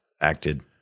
acted